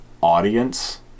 audience